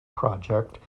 project